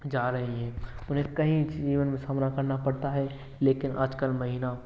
जा रही हैं उन्हें कई जीवन में सामना करना पड़ता है लेकिन आजकल महिला